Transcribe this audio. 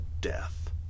Death